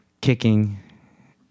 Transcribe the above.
kicking